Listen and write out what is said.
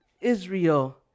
Israel